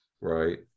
right